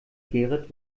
gerrit